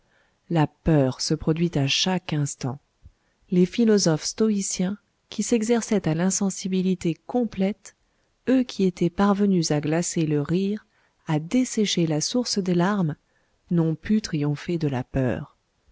la peur se produit à chaque instant les philosophes stoïciens qui s'exerçaient à l'insensibilité complète eux qui étaient parvenus à glacer le rire à dessécher la source des larmes n'ont pu triompher de la peur